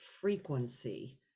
Frequency